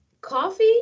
coffee